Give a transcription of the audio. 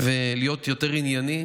ולהיות יותר ענייני.